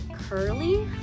curly